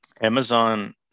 Amazon